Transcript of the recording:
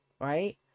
right